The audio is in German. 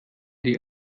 die